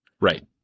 Right